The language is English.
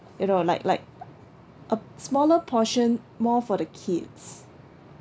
you know like like a smaller portion more for the kids